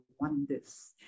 wonders